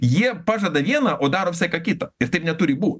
jie pažada vieną o daro visai ką kita ir taip neturi būt